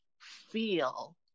feel